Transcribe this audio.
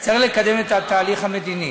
חבר הכנסת פריג',